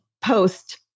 post